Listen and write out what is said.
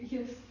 Yes